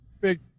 Big